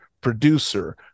producer